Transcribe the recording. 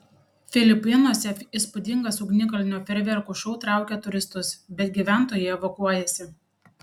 filipinuose įspūdingas ugnikalnio fejerverkų šou traukia turistus bet gyventojai evakuojasi